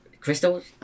crystals